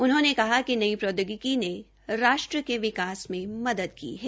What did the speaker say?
उनहोंने कहा कि नई प्रौद्योगिकी ने राष्ट्र के विकास में मदद की है